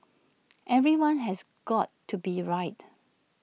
everyone has got to be right